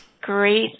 Great